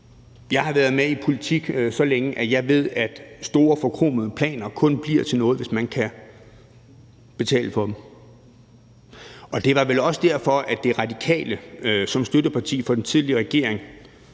Jeg har været med i politik så længe, at jeg ved, at store, forkromede planer kun bliver til noget, hvis man kan betale for dem. Og det var vel også derfor, at Radikale, som støtteparti for den tidligere regering,